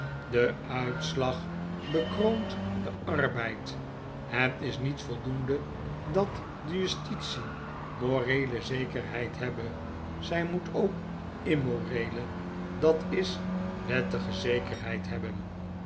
de uitslag bekroont den arbeid het is niet voldoende dat de justitie moreele zekerheid hebbe zy moet ook immoreele dat is wettige zekerheid hebben